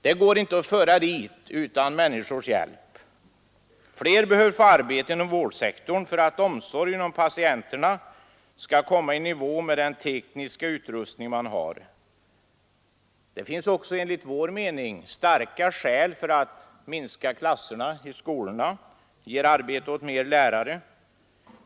Det kan man inte föra dit utan människors hjälp. Fler behöver få arbete inom vårdsektorn för att omsorgen om patienterna skall komma i nivå med den tekniska utrustning man har. Det finns också enligt vår mening starka skäl för att minska klasserna i skolorna — det ger arbete åt fler lärare.